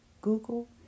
Google